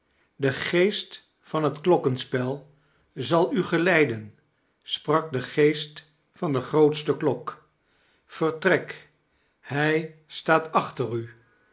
pe geest van liet klokkenspel zal u geleiden sprak de geest van de grootste klok vertrek hij staat achter u